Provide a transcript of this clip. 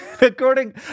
According